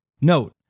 Note